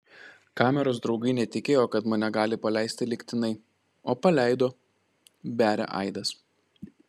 kameros draugai netikėjo kad mane gali paleisti lygtinai o paleido beria aidas